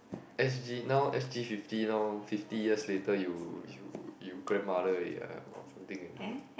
S_G now S_G fifty now fifty years later you you you grandmother already ah or something already